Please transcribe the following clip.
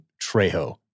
Trejo